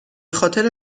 خاطر